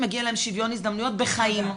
מגיע להם שוויון הזדמנויות בחיים.